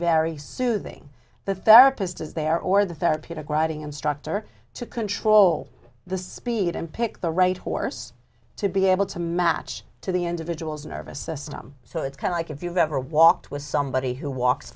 very soothing the therapist is there or the therapeutic riding instructor to control the speed and pick the right horse to be able to match to the individual's nervous system so it's kind of like if you've ever walked with somebody who walks